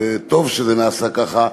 וטוב שזה נעשה כך,